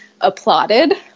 applauded